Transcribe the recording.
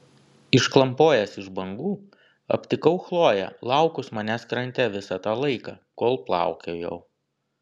išklampojęs iš bangų aptikau chloję laukus manęs krante visą tą laiką kol plaukiojau